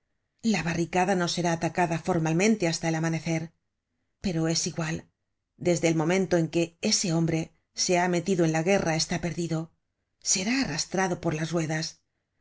la barricada no será atacada formalmente hasta el amanecer pero es igual desde el momento en que ese hombre se ha metido en la guerra está perdido será arrastrado por las ruedas